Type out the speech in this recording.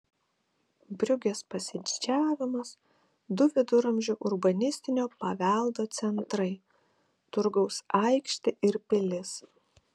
briugės pasididžiavimas du viduramžių urbanistinio paveldo centrai turgaus aikštė ir pilis